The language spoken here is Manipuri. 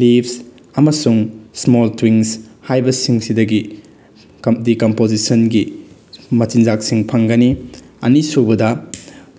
ꯂꯤꯞꯁ ꯑꯃꯁꯨꯡ ꯏꯁꯃꯣꯜ ꯇ꯭ꯋꯤꯡꯁ ꯍꯥꯏꯕꯁꯤꯡꯁꯤꯗꯒꯤ ꯗꯤꯀꯝꯄꯣꯖꯤꯁꯟꯒꯤ ꯃꯆꯤꯟꯖꯥꯛꯁꯤꯡ ꯐꯪꯒꯅꯤ ꯑꯅꯤꯁꯨꯕꯗ